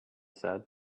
said